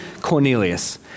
Cornelius